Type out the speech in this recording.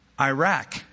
Iraq